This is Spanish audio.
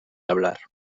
hablar